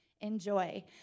enjoy